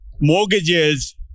mortgages